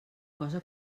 cosa